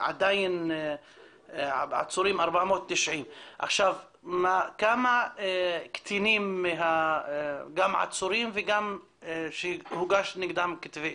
ושעדיין עצורים 490. כמה קטינים גם עצורים וגם שהוגש נגדם כתב אישום?